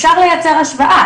אפשר לייצר השוואה,